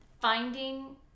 finding